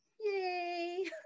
yay